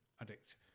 addict